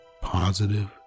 positive